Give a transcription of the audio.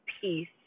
peace